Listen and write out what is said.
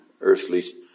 earthly